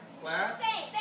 Class